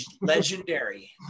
Legendary